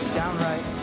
downright